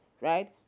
right